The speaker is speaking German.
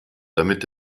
damit